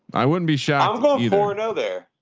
i wouldn't be shocked for another,